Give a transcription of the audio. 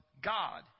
God